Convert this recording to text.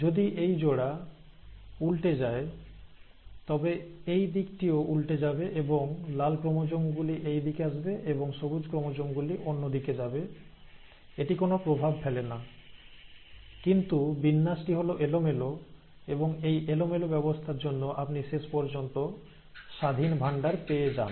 যদি এই জোড়া উল্টে যায় তবে এই দিকটিও উল্টে যাবে এবং লাল ক্রোমোজোম গুলি এই দিকে আসবে এবং সবুজ ক্রোমোজোম গুলি অন্য দিকে যাবে এটি কোন প্রভাব ফেলে না কিন্তু বিন্যাসটি হল এলোমেলো এবং এই এলোমেলো ব্যবস্থার জন্য আপনি শেষ পর্যন্ত স্বাধীন ভান্ডার পেয়ে যান